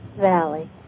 Valley